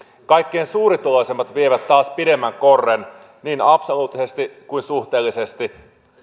kaikkein suurituloisimmat vievät taas pidemmän korren niin absoluuttisesti kuin suhteellisesti